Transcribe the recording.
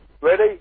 Ready